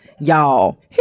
Y'all